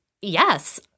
yes